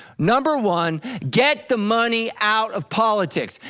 number one, get the money out of politics,